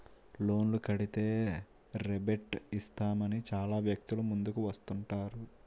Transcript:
లోన్లు కడితే రేబేట్ ఇస్తామని చాలా వ్యక్తులు ముందుకు వస్తుంటారు